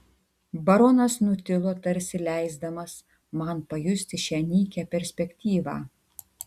baronas nutilo tarsi leisdamas man pajusti šią nykią perspektyvą